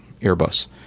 airbus